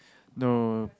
no